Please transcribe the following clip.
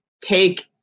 take